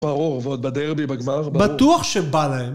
ברור, ועוד בדרבי, בגמר, בטוח שבא להם.